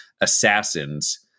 assassins